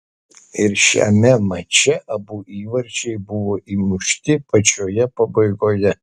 ir šiame mače abu įvarčiai buvo įmušti pačioje pabaigoje